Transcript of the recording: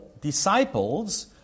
disciples